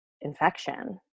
infection